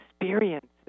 experiences